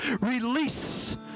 release